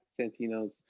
Santino's